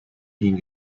ihn